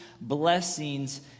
blessings